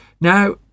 Now